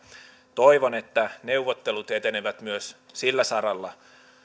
toivon että neuvottelut etenevät myös sillä saralla